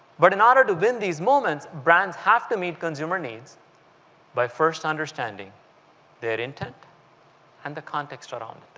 but in order to win these moments, brands have to meet consumer needs by first understanding their intent and the context around